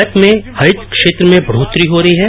भारत में हरित क्षेत्र में बढ़ोतरी हो रही है